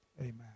Amen